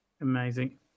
amazing